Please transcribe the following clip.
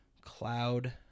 Cloud